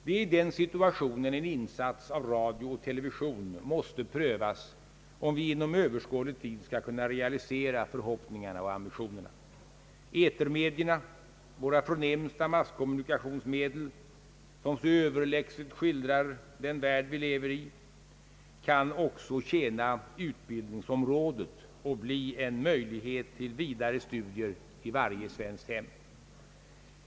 Det är i denna situation en insats av radio och television måste prövas, om vi inom överskådlig tid skall kunna realisera ambitionerna. Etermedierna, våra förnämsta masskommunikationsmedel, som så överlägset skildrar den värld vi lever i, kan också tjäna utbildningsområdet och bli en möjlighet till vidare studier i varje svenskt hem.